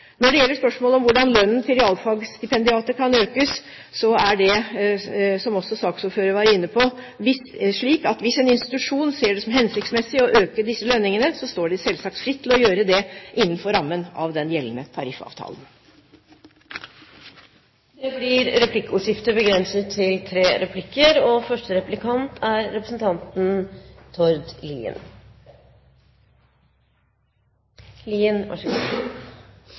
Når det gjelder spørsmålet om hvordan lønnen til realfagstipendiater kan økes, er det – som saksordføreren også var inne på – slik at hvis en institusjon ser det som hensiktsmessig å øke disse lønningene, står de selvsagt fritt til å gjøre det innenfor rammen av den gjeldende tariffavtalen. Det blir replikkordskifte.